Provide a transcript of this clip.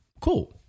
cool